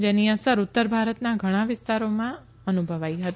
જેની અસર ઉત્તર ભારતના ઘણા વિસ્તારોમાં અનુભવાયા હતા